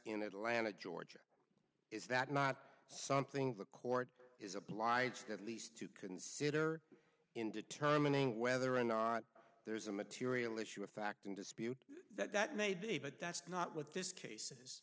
in atlanta georgia is that not something the court is obliged at least to consider in determining whether or not there is a material issue of fact in dispute that may be but that's not what this cases